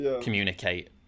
communicate